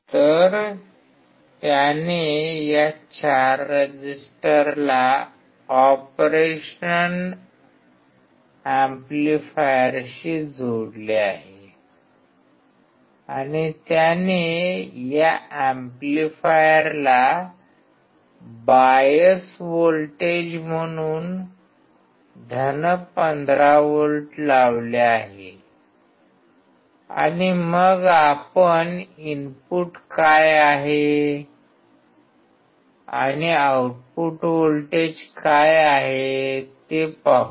तर त्याने या चार रेजिस्टरला या ऑपरेशन एम्पलीफायरशी जोडले आहे आणि त्याने या एम्पलीफायरला बायस व्होल्टेज म्हणून 15V लावले आहे आणि मग आपण इनपुट काय आहे आणि आउटपुट व्होल्टेज काय आहे ते पाहू